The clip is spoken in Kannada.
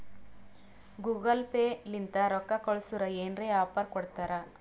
ಗೂಗಲ್ ಪೇ ಲಿಂತ ರೊಕ್ಕಾ ಕಳ್ಸುರ್ ಏನ್ರೆ ಆಫರ್ ಕೊಡ್ತಾರ್